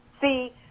See